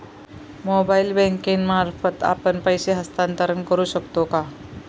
Mobile banking मार्फत आपण पैसे हस्तांतरण करू शकतो का?